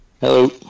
Hello